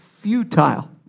futile